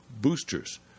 boosters